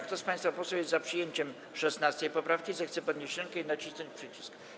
Kto z państwa posłów jest za przyjęciem 16. poprawki, zechce podnieść rękę i nacisnąć przycisk.